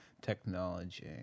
technology